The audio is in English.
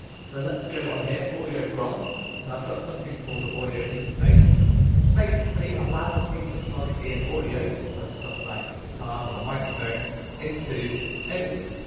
so let's go on here audio from and i've got something called an audio interface which basically allows me to plug in audio so stuff like a guitar or a microphone into ableton.